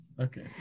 Okay